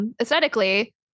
aesthetically